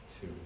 two